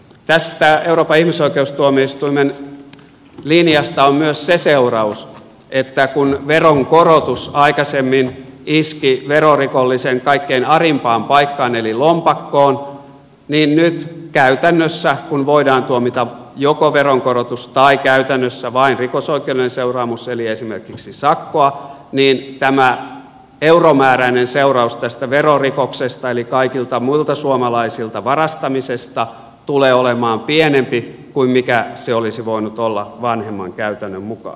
tästä euroopan ihmisoikeustuomioistuimen linjasta on myös se seuraus että kun veronkorotus aikaisemmin iski verorikollisen kaikkein arimpaan paikkaan eli lompakkoon niin nyt käytännössä kun voidaan tuomita joko veronkorotus tai käytännössä vain rikosoikeudellinen seuraamus eli esimerkiksi sakkoa tämä euromääräinen seuraus tästä verorikoksesta eli kaikilta muilta suomalaisilta varastamisesta tulee olemaan pienempi kuin mikä se olisi voinut olla vanhemman käytännön mukaan